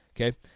Okay